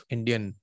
Indian